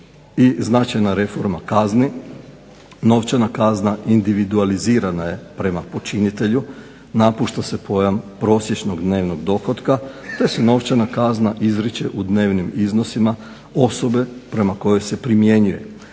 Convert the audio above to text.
značajna reforma kazni. Novčana kazna individualizirana je prema počinitelju. Napušta se pojam prosječnog dnevnog dohotka te se novčana kazna izriče u dnevnim iznosima osobe prema kojoj se primjenjuje